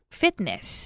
fitness